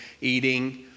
eating